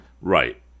Right